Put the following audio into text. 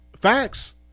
Facts